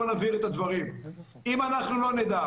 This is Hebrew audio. בואו נבהיר את הדברים: אם אנחנו לא נדע